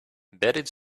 embedded